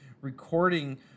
Recording